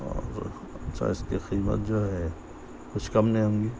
اور جو اِس کی قیمت جو ہے کچھ کم نہیں ہوں گی